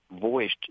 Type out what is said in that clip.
voiced